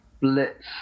Blitz